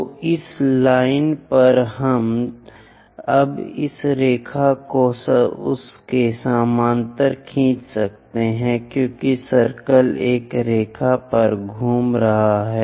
तो इस लाइन पर हम अब इस रेखा को उसके समानांतर खींच सकते हैं क्योंकि सर्कल एक रेखा पर घूम रहा है